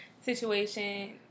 situation